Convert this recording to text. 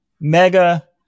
mega